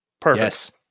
Perfect